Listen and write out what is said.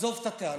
עזוב את הטענות.